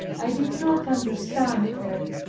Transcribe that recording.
i did not understand her.